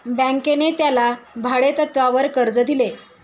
बँकेने त्याला भाडेतत्वावर कर्ज दिले